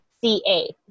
C-A